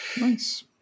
Nice